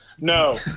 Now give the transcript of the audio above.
No